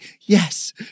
Yes